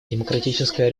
демократическая